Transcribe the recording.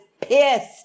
pissed